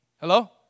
Hello